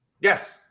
Yes